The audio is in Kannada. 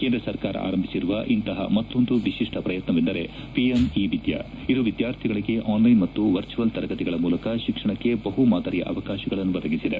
ಕೇಂದ್ರ ಸರ್ಕಾರ ಆರಂಭಿಸಿರುವ ಇಂತಹ ಮತ್ತೊಂದು ವಿಶಿಷ್ಟ ಪ್ರಯತ್ನವೆಂದರೆ ಪಿಎಂ ಇ ವಿದ್ಯಾ ಇದು ವಿದ್ಯಾರ್ಥಿಗಳಿಗೆ ಆನ್ಲೈನ್ ಮತ್ತು ವರ್ಜಿವಲ್ ತರಗತಿಗಳ ಮೂಲಕ ಶಿಕ್ಷಣಕ್ಕೆ ಬಹು ಮಾದರಿಯ ಅವಕಾಶಗಳನ್ನು ಬದಗಿಸಿದೆ